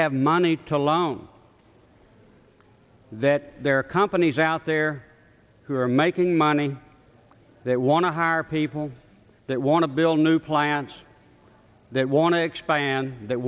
have money to loan that there are companies out there who are making money that want to hire people that want to build new plants that want to expand that